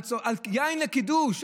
על יין לקידוש,